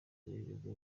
b’ibigo